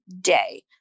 day